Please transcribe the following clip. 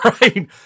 right